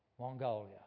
Mongolia